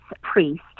priest